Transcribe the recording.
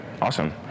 awesome